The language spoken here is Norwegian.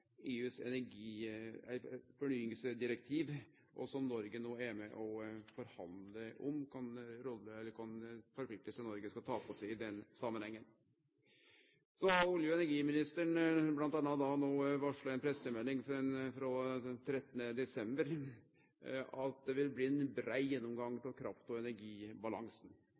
EUs fornyingsdirektiv, der Noreg no er med på å forhandle om kva for plikter vi skal ta på oss i den samanhengen. Olje- og energiministeren har i ei pressemelding av 13. desember m.a. varsla at det vil bli ein brei gjennomgang av kraft- og energibalansen.